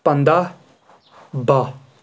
پَنٛداہ بہہ